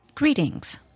Greetings